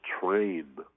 train